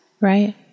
Right